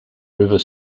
river